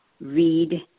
read